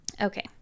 Okay